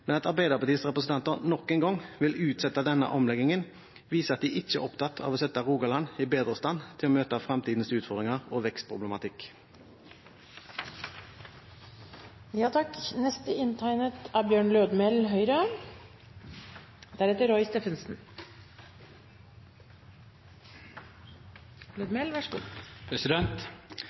men at Arbeiderpartiets representanter nok en gang vil utsette denne omleggingen, viser at de ikke er opptatt av å sette Rogaland i bedre stand til å møte framtidens utfordringer og